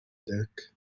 ذاك